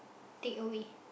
take away